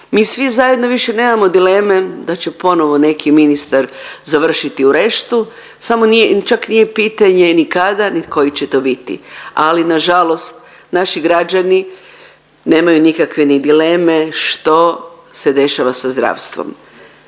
mi svi zajedno više nemamo dileme da će ponovo neki ministar završiti u reštu samo nije, čak nije pitanje ni kada ni koji će to biti, ali nažalost naši građani nemaju nikakve ni dileme što se dešava sa zdravstvom.